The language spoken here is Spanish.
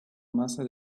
masa